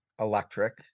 electric